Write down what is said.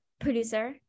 producer